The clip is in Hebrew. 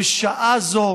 בשעה זו